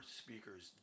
speakers